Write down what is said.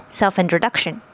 self-introduction